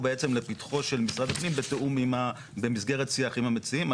בעצם לפתחו של משרד הפנים במסגרת שיח עם המציעים,